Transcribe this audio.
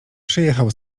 przyjechał